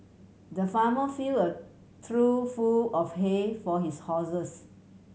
the farmer fill a trough full of hay for his horses